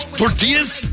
tortillas